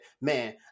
man